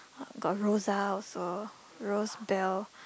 got Rosa also Rose Belle